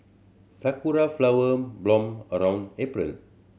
sakura flower bloom around April